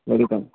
welcome